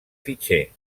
fitxer